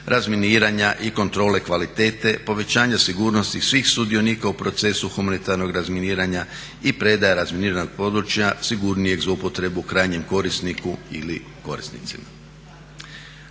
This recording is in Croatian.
razminiranja i kontrole kvalitete, povećanja sigurnosti svih sudionika u procesu humanitarnog razminiranja i predaje razminiranog područja sigurnijeg za upotrebu krajnjem korisniku ili korisnicima.